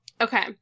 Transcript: okay